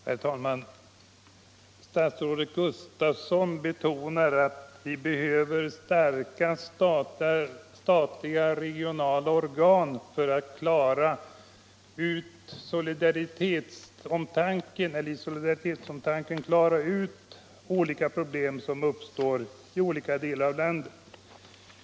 Herr talman! Statsrådet Gustafsson betonade att vi behöver starka statliga regionala organ för att solidariskt klara ut problem i olika delar av landet.